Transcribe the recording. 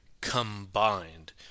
combined